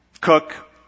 cook